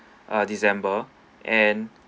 uh december and